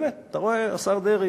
באמת, אתה רואה, השר דרעי,